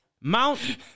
Mount